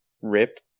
ripped